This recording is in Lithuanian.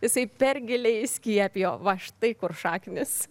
jisai per giliai įskiepijo va štai kur šaknys